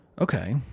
Okay